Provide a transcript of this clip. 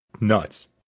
nuts